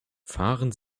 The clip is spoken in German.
fahren